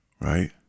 right